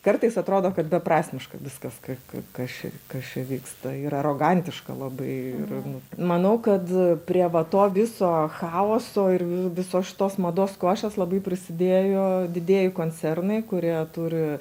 kartais atrodo kad beprasmiška viskas ka ka kas čia kas čia vyksta ir arogantiška labai ir nu manau kad prie va to viso chaoso ir visos šitos mados košės labai prisidėjo didieji koncernai kurie turi